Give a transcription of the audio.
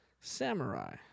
Samurai